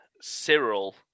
Cyril